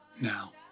now